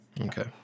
Okay